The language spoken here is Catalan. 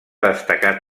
destacar